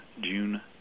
June